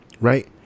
Right